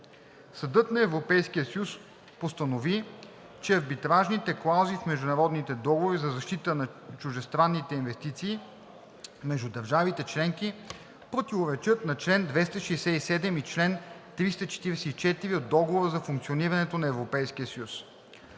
Съдът на Европейския съюз постанови, че арбитражните клаузи в международните договори за защита на чуждестранните инвестиции между държавите членки противоречат на чл. 267 и чл. 344 от Договора за функционирането на Европейския съюз.